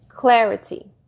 Clarity